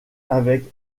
avec